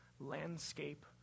landscape